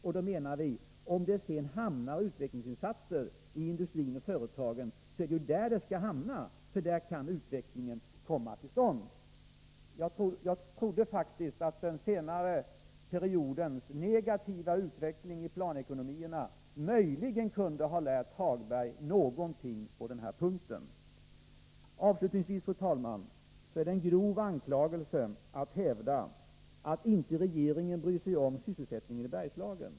Vi menar därför att om utvecklingsinsatser hamnar i industrin och företagen är det riktigt, för det är där som utvecklingen kan komma till stånd. Jag trodde att den senare periodens negativa utveckling i planekonomierna möjligen kunde ha lärt Hagberg någonting på denna punkt. Avslutningsvis vill jag säga, fru talman, att det är en grov anklagelse att hävda att regeringen inte bryr sig om sysselsättningen i Bergslagen.